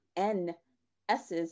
NS's